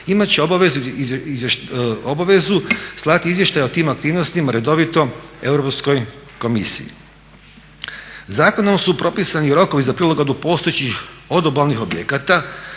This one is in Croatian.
imati će obavezu slati izvještaje o tim aktivnostima redovito Europskoj komisiji. Zakonom su propisani rokovi za prilagodbu postojećih odobalnih objekata